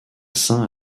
saint